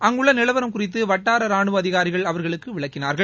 அங்குள்ள நிலவரம் குறித்து வட்டார ராணுவ அதிகாரிகள் அவர்களுக்கு விளக்கினார்கள்